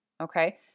Okay